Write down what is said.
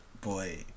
Boy